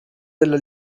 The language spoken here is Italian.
della